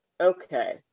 Okay